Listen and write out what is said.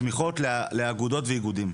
תמיכות לאגודות ואיגודים.